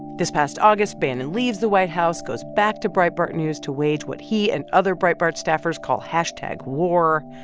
this past august, bannon leaves the white house, goes back to breitbart news to wage what he and other breitbart staffers call hashtag war.